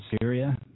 Syria